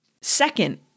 Second